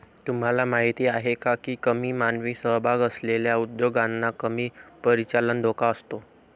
तुम्हाला माहीत आहे का की कमी मानवी सहभाग असलेल्या उद्योगांना कमी परिचालन धोका असतो?